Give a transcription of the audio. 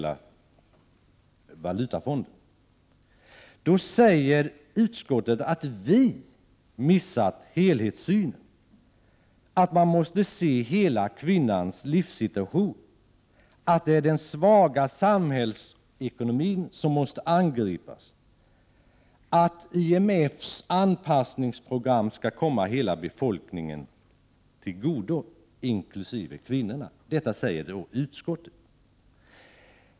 Utskottet menar att vi har missat helhetssynen, att man måste se till kvinnans livssituation i dess helhet, att det är den svaga samhällsekonomin som måste angripas och att IMF:s anpassningsprogram skall komma hela befolkningen, inkl. kvinnorna, till godo.